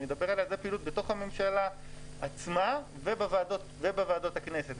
אני מדבר על הפעילות בממשלה עצמה ובוועדות הכנסת,